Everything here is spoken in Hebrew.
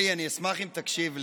אלי, אני אשמח אם תקשיב לי.